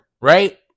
right